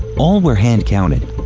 all were hand counted,